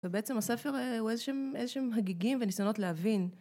ובעצם הספר הוא איזה שהם הגיגים וניסיונות להבין